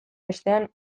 ezean